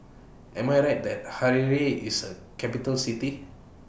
Am I Right that Harare IS A Capital City